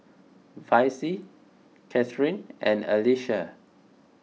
Vicy Kathryn and Alyssia